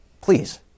please